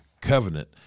covenant